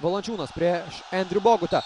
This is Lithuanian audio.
valančiūnas prie endrių bogutą